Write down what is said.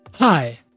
Hi